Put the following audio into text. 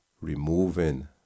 removing